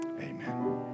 Amen